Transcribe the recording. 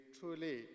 truly